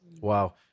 Wow